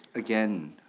again,